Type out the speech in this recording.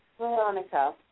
Veronica